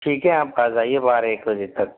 ठीक है आप आ जाइए बारह एक बजे तक